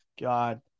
god